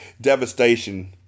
devastation